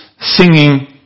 singing